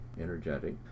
energetic